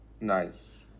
Nice